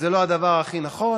זה לא הדבר הכי נכון,